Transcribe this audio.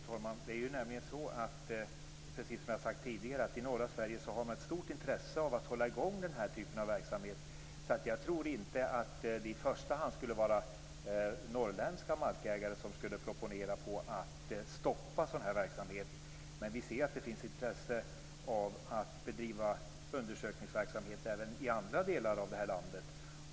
Fru talman! Det är nämligen så, precis som jag har sagt tidigare, att man i norra Sverige har ett stort intresse av att hålla i gång denna typ av verksamhet. Jag tror därför inte att det i första hand skulle vara norrländska markägare som skulle proponera på att stoppa en sådan verksamhet. Men vi ser att det finns intresse av att bedriva undersökningsverksamhet även i andra delar av detta land.